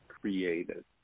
created